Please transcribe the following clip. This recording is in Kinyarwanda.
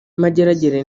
mageragere